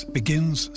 begins